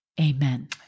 Amen